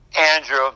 Andrew